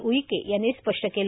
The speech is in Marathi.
उईके यांनी स्पष्ट केले